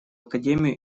академию